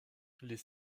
les